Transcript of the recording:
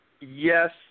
Yes